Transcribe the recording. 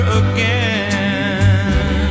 again